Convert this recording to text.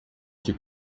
que